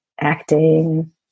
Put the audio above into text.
acting